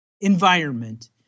environment